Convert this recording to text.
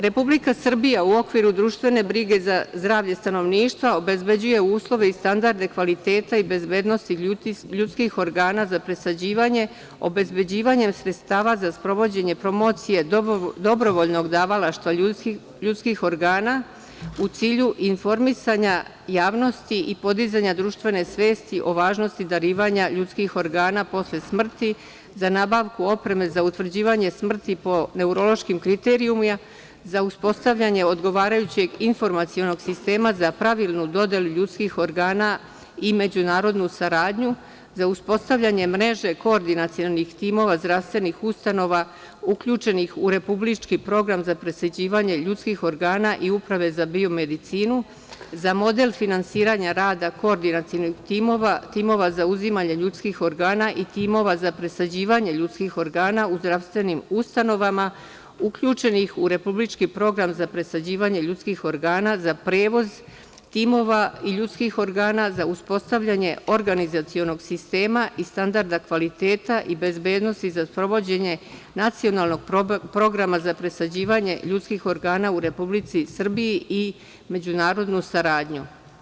Republika Srbija u okviru društvene brige za zdravlje stanovništva obezbeđuje uslove i standarde kvaliteta i bezbednosti ljudskih organa za presađivanje obezbeđivanjem sredstava za sprovođenje promocije dobrovoljnog davalaštva ljudskih organa, u cilju informisanja javnosti i podizanja društvene svesti o važnosti darivanja ljudskih organa posle smrti, za nabavku opreme za utvrđivanje smrti po neurološkim kriterijumima, za uspostavljanje odgovarajućeg informacionog sistema za pravilnu dodelu ljudskih organa i međunarodnu saradnju za uspostavljanje mreže koordinacionih timova zdravstvenih ustanova uključenih u republički program za presađivanje ljudskih organa i Uprave za biomedicinu, za model finansiranja rada koordinacionih timova, timova za uzimanje ljudskih organa i timova za presađivanje ljudskih organa u zdravstvenim ustanovama uključenih u republički program za presađivanje ljudskih organa, za prevoz timova ljudskih organa, za uspostavljanje organizacionog sistema i standarda kvaliteta i bezbednosti za sprovođenje nacionalnog programa za presađivanje ljudskih organa u Republici Srbiji i međunarodnu saradnju.